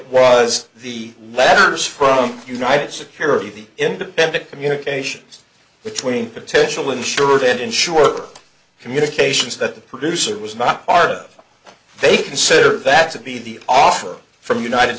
was the letters from united security the independent communications between potential insured and insured communications that the producer was not part of they consider that to be the offer from united